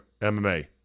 MMA